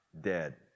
dead